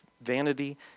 vanity